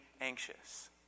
anxious